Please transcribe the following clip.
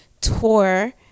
tour